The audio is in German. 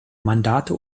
mandate